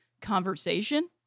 conversation